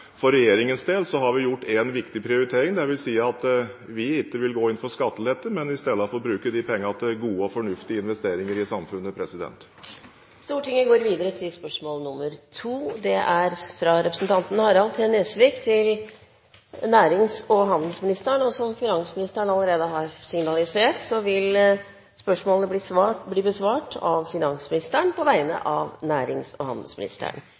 For regjeringens del har vi gjort en viktig prioritering, det vil si at vi ikke vil gå inn for skattelette, men i stedet bruke de pengene til gode og fornuftige investeringer i samfunnet. Dette spørsmålet, fra representanten Harald T. Nesvik til nærings- og handelsministeren, vil bli besvart av finansministeren på vegne av nærings- og handelsministeren, som